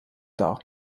dar